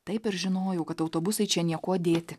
taip ir žinojau kad autobusai čia niekuo dėti